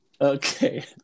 Okay